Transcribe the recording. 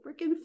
freaking